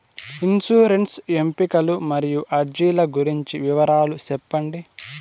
insurance ఎంపికలు మరియు అర్జీల గురించి వివరాలు సెప్పండి